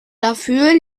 dafür